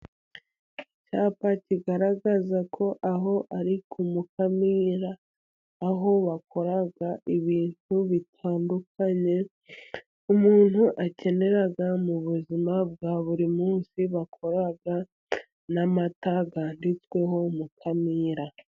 Icyapa kigaragaza ko aho ari ku mukamira, aho bakora ibintu bitandukanye umuntu akeneraga mu buzima bwa buri munsi. Bakora n'amata yanditsweho mukamira.